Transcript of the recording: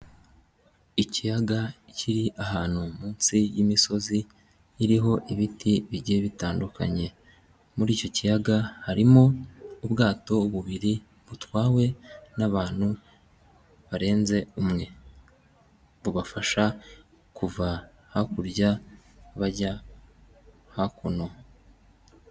Ikiyaga kiri ahantu munsi y'imisozi iriho ibiti bigiye bitandukanye, muri icyo kiyaga harimo ubwato bubiri butwawe n'abantu barenze umwe bubafasha kuva hakurya bajya hakuno.